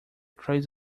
crazy